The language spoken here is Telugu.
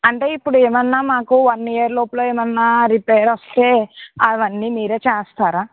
అంటే ఇప్పుడేమైనా మాకు వన్ ఇయర్ లోపల ఎమైనా రిపేర్ వస్తే అవన్నీ మిరే చేస్తారా